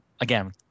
again